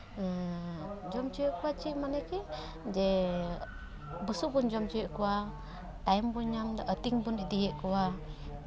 ᱡᱚᱢ ᱦᱚᱪᱚ ᱠᱚᱣᱟ ᱪᱮᱫ ᱢᱟᱱᱮᱜᱮ ᱡᱮ ᱵᱩᱥᱩᱵ ᱵᱚᱱ ᱡᱚᱢ ᱦᱚᱪᱚᱭᱮᱜ ᱠᱚᱣᱟ ᱴᱟᱭᱤᱢ ᱵᱚᱱ ᱧᱟᱢᱫᱟ ᱟᱛᱤᱧ ᱵᱚᱱ ᱤᱫᱤᱭᱮᱫ ᱠᱚᱣᱟ